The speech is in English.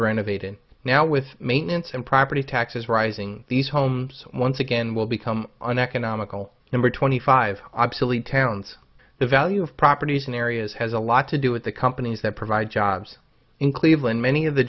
renovated now with maintenance and property taxes rising these homes once again will become uneconomical number twenty five obsolete towns the value of properties in areas has a lot to do the companies that provide jobs in cleveland many of the